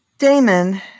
Damon